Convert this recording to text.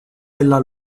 della